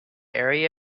area